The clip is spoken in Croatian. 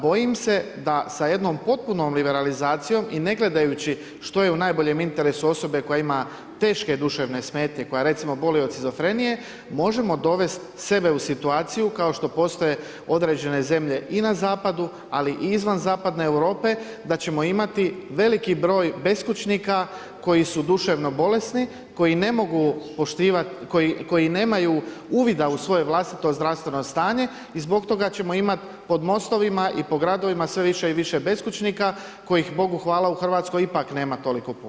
Bojim se da sa jednom potpunom liberalizacijom i ne gledajući što je u najboljem interesu osobe koja ima teške duševne smetnje, koja recimo boluje od shizofrenije, možemo dovesti sebe u situaciju kao što postoje određene zemlje i na zapadu, ali i izvan zapadne Europe da ćemo imati veliki broj beskućnika koji su duševno bolesni, koje nemaju uvida u svoje vlastito zdravstveno stanje i zbog toga ćemo imati pod mostovima i po gradovima sve više i više beskućnika kojih, Bogu hvala, u Hrvatskoj ipak nema toliko puno.